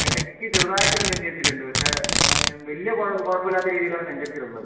ഇടയ്ക്ക് ചെറുതായിട്ടൊരു നെഞ്ചെരിച്ചിലുണ്ട് പക്ഷെ ഞാൻ വലിയ കുഴപ്പമില്ലാത്ത രീതിയിലാണ് നെഞ്ചെരിച്ചിൽ ഉള്ളത്